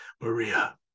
Maria